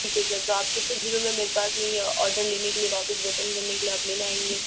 ठीक है सर तो आप कितने दिनों में मेरे पास ये ऑर्डर लेने के लिए वापस रिटर्न करने के लिए आप लेने आएँगे